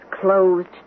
closed